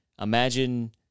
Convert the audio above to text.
Imagine